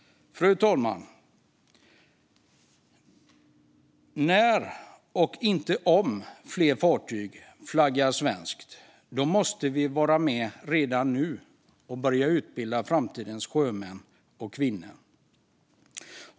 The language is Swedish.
Fru talman! Det handlar om när och inte om fler fartyg flaggar svenskt. Därför måste vi redan nu börja utbilda framtidens sjömän; det innefattar även kvinnor.